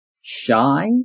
shy